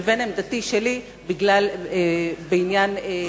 לבין עמדתי שלי המגיעה מכיוון מוסרי שונה אך לא מהופך.